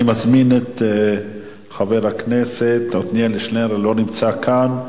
אני מזמין את חבר הכנסת עתניאל שנלר, לא נמצא כאן.